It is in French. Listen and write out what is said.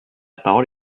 parole